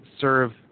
serve